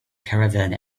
caravan